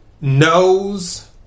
knows